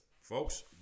Folks